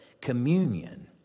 communion